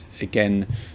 again